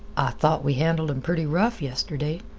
thought we handled em pretty rough yestirday.